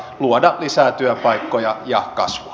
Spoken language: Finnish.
luoda lisää työpaikkoja ja kasvua